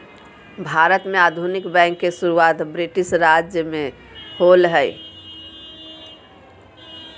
भारत में आधुनिक बैंक के शुरुआत ब्रिटिश राज में होलय हल